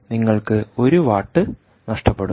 അതിനാൽ നിങ്ങൾക്ക് 1 വാട്ട് നഷ്ടപ്പെടും